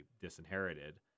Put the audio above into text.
disinherited